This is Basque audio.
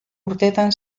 urteetan